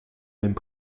mêmes